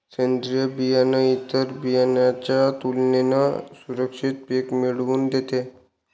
सेंद्रीय बियाणं इतर बियाणांच्या तुलनेने सुरक्षित पिक मिळवून देते